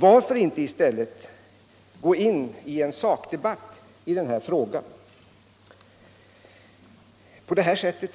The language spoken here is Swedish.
Varför inte i stället gå in i en sakdebatt i den här frågan? På det här sättet